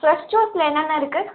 fresh ஜூஸில் என்னென்ன இருக்கு